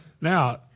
Now